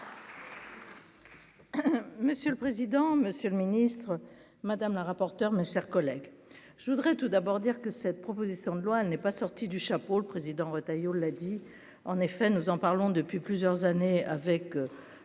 Monsieur le président, monsieur le ministre madame la rapporteure, mes chers collègues, je voudrais tout d'abord dire que cette proposition de loi n'est pas sorti du chapeau le président Retailleau l'dit en effet, nous en parlons depuis plusieurs années avec